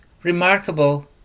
Remarkable